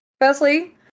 Firstly